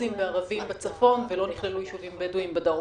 דרוזיים וערביים בצפון ולא נכללו יישובים בדואיים בדרום.